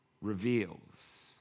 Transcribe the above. reveals